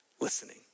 listening